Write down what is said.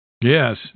Yes